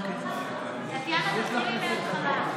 טטיאנה, תתחילי מההתחלה.